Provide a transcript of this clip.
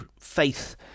faith